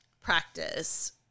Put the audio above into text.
practice